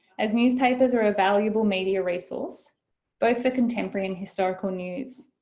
as newspapers are a valuable media resource both for contemporary and historical news.